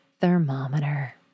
thermometer